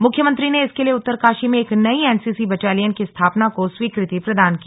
मुख्यमंत्री ने इसके लिए उत्तरकाशी में एक नई एनसीसी बटालियन की स्थापना को स्वीकृति प्रदान की